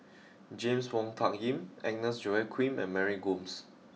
James Wong Tuck Yim Agnes Joaquim and Mary Gomes